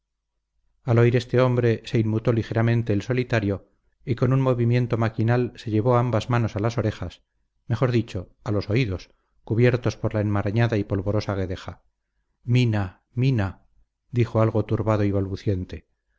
al oír este nombre se inmutó ligeramente el solitario y con un movimiento maquinal se llevó ambas manos a las orejas mejor dicho a los oídos cubiertos por la enmarañada y polvorosa guedeja mina mina dijo algo turbado y balbuciente